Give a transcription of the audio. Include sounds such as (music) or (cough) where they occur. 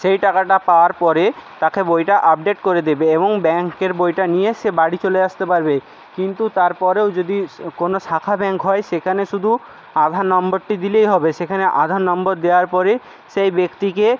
সেই টাকাটা পাওয়ার পরে তাকে বইটা আপডেট করে দেবে এবং ব্যাংকের বইটা নিয়ে সে বাড়ি চলে আসতে পারবে কিন্তু তারপরেও যদি (unintelligible) কোনো শাখা ব্যাংক হয় সেখানে শুধু আধার নম্বরটি দিলেই হবে সেখানে আধার নম্বর দেওয়ার পরে সেই ব্যক্তিকে